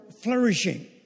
flourishing